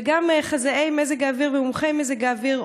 וגם חזאי מזג האוויר ומומחי מזג האוויר